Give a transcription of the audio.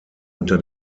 unter